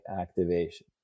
activation